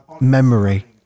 memory